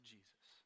Jesus